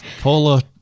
Paula